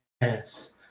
Yes